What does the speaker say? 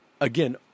again